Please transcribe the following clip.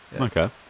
Okay